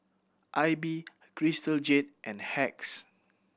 Aibi Crystal Jade and Hacks